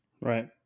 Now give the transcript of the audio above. Right